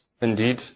Indeed